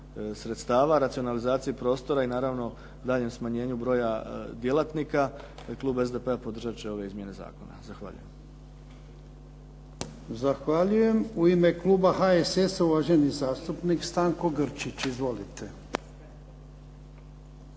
sredstava, racionalizaciji prostora i naravno daljnjem smanjenju broja djelatnika. Klub SDP-a podržat će ove izmjene zakona. Zahvaljujem. **Jarnjak, Ivan (HDZ)** Zahvaljujem. U ime kluba HSS-a, uvaženi zastupnik Stanko Grčić. Izvolite.